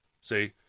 see